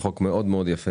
חוק יפה מאוד,